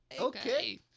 Okay